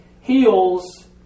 heals